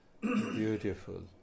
Beautiful